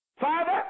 father